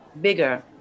bigger